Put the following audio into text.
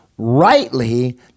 Rightly